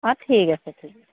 অ' ঠিক আছে ঠিক